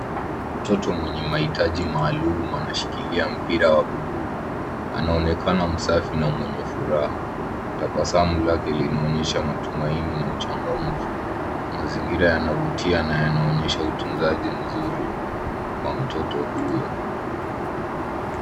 Mtoto mwenye mahitaji maalum anashikilia mpira wa buluu, anaonekana msafi na mwenye furaha. Tabasamu lake linaonyesha matumaini na uchanga . Mazingira yanavutia na yanaonyesha utunzaji nzuri wa mtoto huyo.